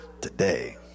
today